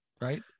right